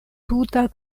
tuta